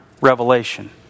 revelation